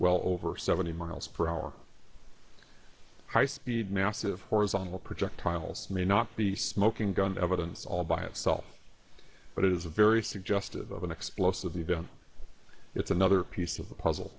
well over seventy miles per hour high speed massive horizontal projectiles may not be smoking gun evidence all by itself but it is a very suggestive of an explosive event it's another piece of the puzzle